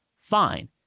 Fine